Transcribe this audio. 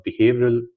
behavioral